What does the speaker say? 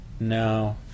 no